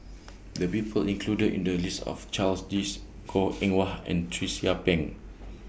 The People included in The list Are of Charles Dyce Goh Eng Wah and Tracie Pang